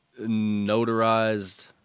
notarized